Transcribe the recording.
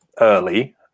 early